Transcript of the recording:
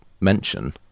mention